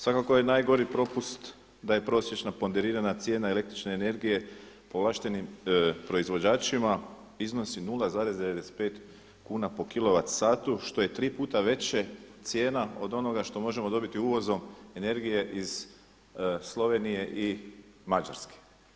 Svakako je najgori propust da je prosječna ponderirana cijena električne energije povlaštenim proizvođačima iznosi 0,95 kuna po kilovatsatu što je tri puta veće cijena od onoga što možemo dobiti uvozom energije iz Slovenije i Mađarske.